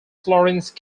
florence